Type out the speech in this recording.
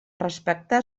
respectar